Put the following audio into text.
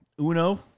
Uno